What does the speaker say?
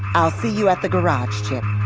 i'll see you at the garage, chip